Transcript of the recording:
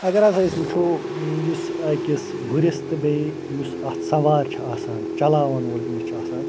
اگر ہَسا أسۍ وُچھو یُس أکِس گُرِس تہٕ بیٚیہِ یُس اَتھ سَوار چھُ آسان چَلاوَن وول أمِس چھُ آسان